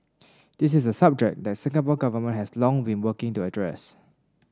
this is a subject the Singapore Government has long been working to address